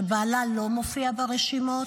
שבעלה לא מופיע ברשימות,